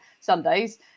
Sundays